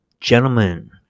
gentlemen